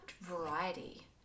variety